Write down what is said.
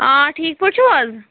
آ ٹھیٖک پٲٹھۍ چھِو حظ